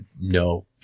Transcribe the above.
no